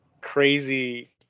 crazy